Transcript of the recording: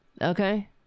Okay